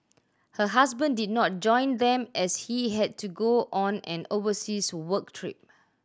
her husband did not join them as he had to go on an overseas work trip